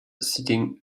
sitting